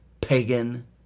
pagan